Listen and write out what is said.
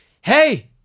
hey